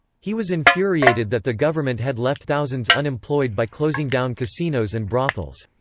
he was infuriated that the government had left thousands unemployed by closing down casinos and brothels.